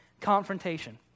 confrontation